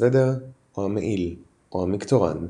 הסוודר או המעיל, או המקטורן,